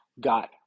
got